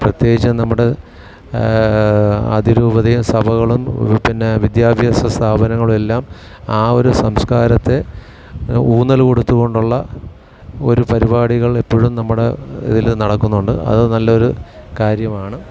പ്രത്യേകിച്ചും നമ്മുടെ അതിരൂപതയും സഭകളും പിന്നെ വിദ്യാഭ്യാസ സ്ഥാപനങ്ങളും എല്ലാം ആ ഒരു സംസ്കാരത്തെ ഊന്നൽ കൊടുത്തു കൊണ്ടുള്ള ഒരു പരിപാടികൾ എപ്പോഴും നമ്മുടെ ഇതിൽ നടക്കുന്നുണ്ട് അത് നല്ല ഒരു കാര്യമാണ്